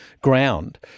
ground